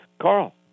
Carl